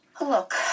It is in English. Look